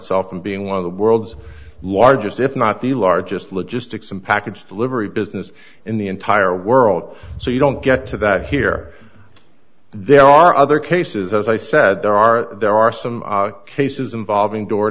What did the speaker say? itself in being one of the world's largest if not the largest logistics and package delivery business in the entire world so you don't get to that here there are other cases as i said there are there are some cases involving door